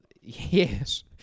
Yes